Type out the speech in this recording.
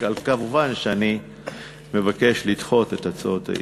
מובן שאני מבקש לדחות את הצעות האי-אמון.